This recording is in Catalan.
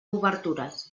obertures